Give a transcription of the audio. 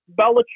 Belichick